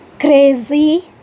crazy